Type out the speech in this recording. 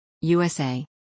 USA